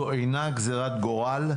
זו אינה גזירת גורל.